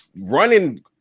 running